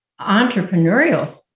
entrepreneurial